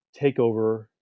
takeover